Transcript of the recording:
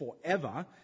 forever